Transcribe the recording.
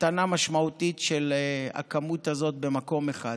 הקטנה משמעותית של הכמות הזאת במקום אחד.